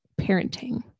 parenting